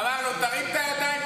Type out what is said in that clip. אמר לו: תרים את הידיים,